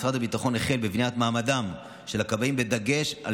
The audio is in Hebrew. משרד הביטחון החל בבחינת מעמדם של הכבאים בדגש על